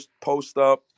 post-up